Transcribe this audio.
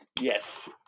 Yes